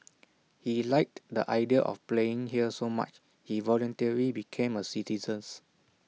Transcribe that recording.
he liked the idea of playing here so much he voluntarily became A citizens